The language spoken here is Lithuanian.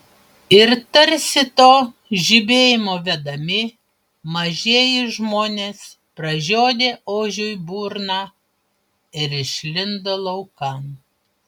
ir tarsi to žibėjimo vedami mažieji žmonės pražiodė ožiui burną ir išlindo laukan